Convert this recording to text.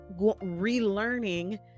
relearning